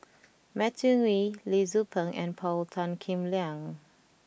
Matthew Ngui Lee Tzu Pheng and Paul Tan Kim Liang